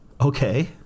okay